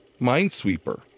minesweeper